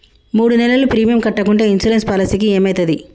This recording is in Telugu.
మూడు నెలలు ప్రీమియం కట్టకుంటే ఇన్సూరెన్స్ పాలసీకి ఏమైతది?